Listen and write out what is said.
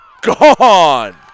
gone